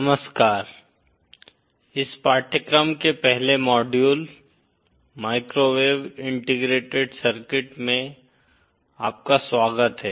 नमस्कार इस पाठ्यक्रम के पहले मॉड्यूल माइक्रोवेव इंटीग्रेटेड सर्किट में आपका स्वागत है